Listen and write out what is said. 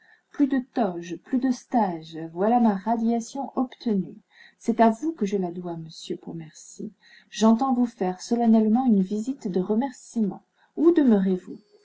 plus de toge plus de stage voilà ma radiation obtenue c'est à vous que je la dois monsieur pontmercy j'entends vous faire solennellement une visite de remercîments où